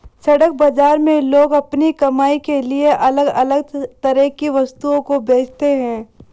सड़क बाजार में लोग अपनी कमाई के लिए अलग अलग तरह की वस्तुओं को बेचते है